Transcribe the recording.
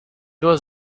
was